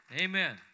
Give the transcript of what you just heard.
Amen